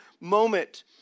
moment